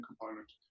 component